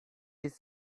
use